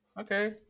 okay